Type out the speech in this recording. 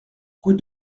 rue